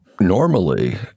normally